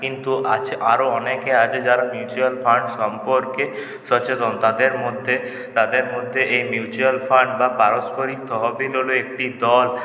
কিন্তু আছে আরো অনেকে আছে যারা মিউচুয়াল ফান্ড সম্পর্কে সচেতন তাদের মধ্যে তাদের মধ্যে এই মিউচুয়াল ফান্ড বা পারস্পরিক তহবিল হল একটি